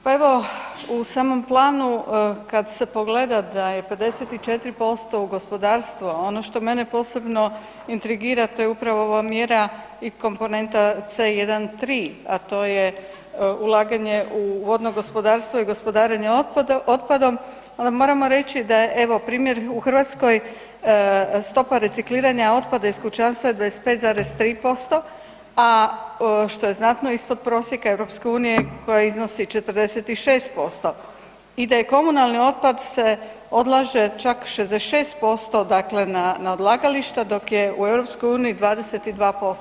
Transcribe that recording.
Pa evo u samom planu kad se pogleda da je 54% u gospodarstvo, ono što mene posebno intrigira to je upravo ova mjera i komponenta C1.3., a to je ulaganje u vodno gospodarstvo i gospodarenje otpadom, ali moramo reći da je evo primjer u Hrvatskoj stopa recikliranja otpada iz kućanstva je 25,3%, a što je znatno ispod prosjeka EU koja iznosi 46% i da se komunalni otpad se odlaže čak 66% na odlagališta dok je u EU 22%